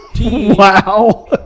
Wow